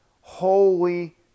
holy